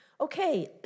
Okay